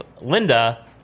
Linda